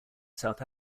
south